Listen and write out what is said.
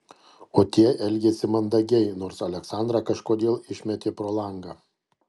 o tie elgėsi mandagiai nors aleksandrą kažkodėl išmetė pro langą